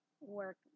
work